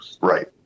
right